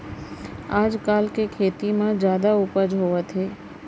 आजकाल के खेती म जादा उपज होवत हे